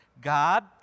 God